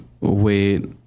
wait